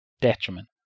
detriment